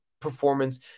performance